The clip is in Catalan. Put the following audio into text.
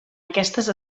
aquestes